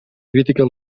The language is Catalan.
crítica